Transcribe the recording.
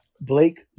Blake